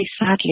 sadly